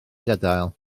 gadael